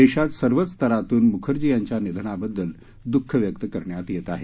देशात सर्वच स्तरातून म्खर्जी यांच्या निधनाबद्दल द्ःख व्यक्त करण्यात येत आहे